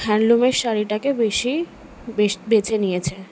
হ্যান্ডলুমের শাড়িটাকে বেশি বেছে নিয়েছে